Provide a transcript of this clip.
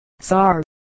Sar